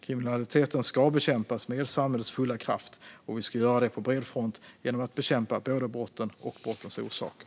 Kriminaliteten ska bekämpas med samhällets fulla kraft, och vi ska göra det på bred front genom att bekämpa både brotten och brottens orsaker.